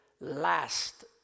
last